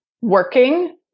working